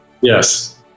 Yes